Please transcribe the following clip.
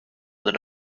than